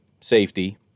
safety